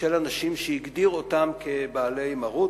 של אנשים שהגדיר אותם כבעלי מרות,